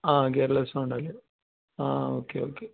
ആ gearless sound അല്ലേ ആ ഓക്കെ ഓക്കെ